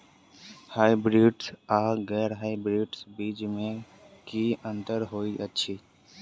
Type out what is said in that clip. Hybrids आ गैर hybrids बीज म की अंतर होइ अछि?